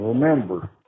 Remember